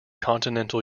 continental